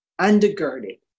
undergirded